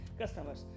customers